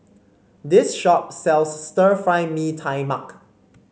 this shop sells Stir Fry Mee Tai Mak